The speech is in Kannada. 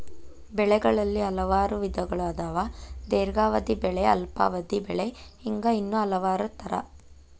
ಬೆಳೆಗಳಲ್ಲಿ ಹಲವಾರು ವಿಧಗಳು ಅದಾವ ದೇರ್ಘಾವಧಿ ಬೆಳೆ ಅಲ್ಪಾವಧಿ ಬೆಳೆ ಹಿಂಗ ಇನ್ನೂ ಹಲವಾರ ತರಾ